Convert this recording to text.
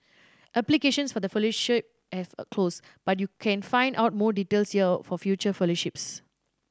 applications for the fellowship have closed but you can find out more details here for future fellowships